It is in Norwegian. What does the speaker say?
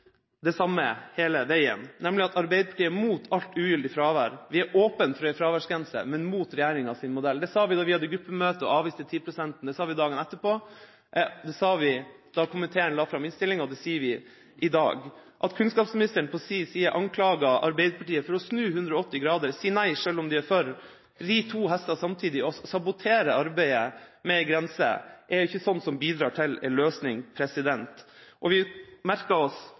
det samme hele veien, nemlig at Arbeiderpartiet er imot alt ugyldig fravær. Vi er åpen for en fraværsgrense, men mot regjeringas modell. Det sa vi da vi hadde gruppemøte og avviste 10-pst.-grensa, det sa vi dagen etterpå, det sa vi da komiteen la fram innstillinga, og det sier vi i dag. At kunnskapsministeren på sin side anklager Arbeiderpartiet for å snu 180 grader og si nei selv om man er for, for å ri to hester samtidig og sabotere arbeidet med grenser, bidrar ikke til en løsning. Vi merket oss